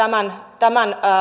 tämän tämän